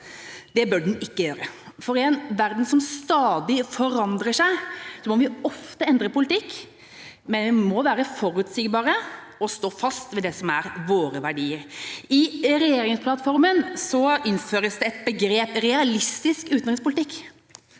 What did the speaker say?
Det bør den ikke gjøre, for i en verden som stadig forandrer seg, må vi ofte endre politikk, men vi må være forutsigbare og stå fast ved det som er våre verdier. I regjeringsplattformen innføres begrepet «realistisk utenrikspolitikk».